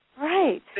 Right